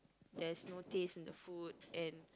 there's no taste in the food and